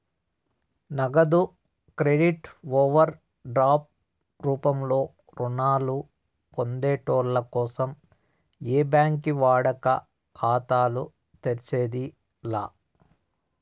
నగదు credit over drop రూపంలో రుణాలు పొందేటోళ్ళ కోసం ఏ బ్యాంకి వాడుక ఖాతాలు తెర్సేది లా